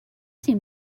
seem